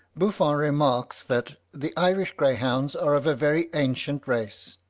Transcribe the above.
buffon remarks that the irish greyhounds are of a very ancient race.